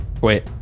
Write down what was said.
Wait